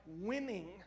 winning